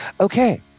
Okay